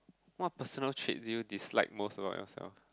what personal trait do you dislike most about yourself